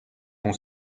ton